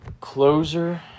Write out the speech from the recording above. closer